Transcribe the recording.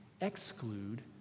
exclude